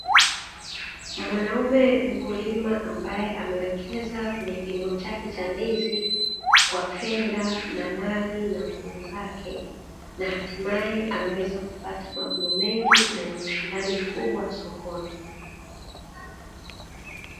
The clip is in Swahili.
Mwanaume mkulima ambae amewekeza kwenye kilimo chake cha ndizi kwa fedha na mali na nguvu zake na hatimae, ameweza kupata mavuno mengi na yenye ushindani mkubwa sokoni.